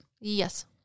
yes